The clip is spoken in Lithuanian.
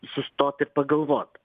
sustot ir pagalvot